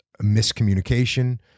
miscommunication